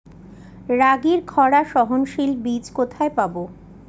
রাগির খরা সহনশীল বীজ কোথায় পাবো?